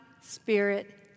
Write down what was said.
spirit